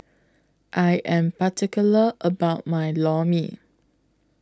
I Am particular about My Lor Mee